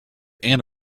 and